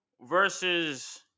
versus